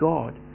God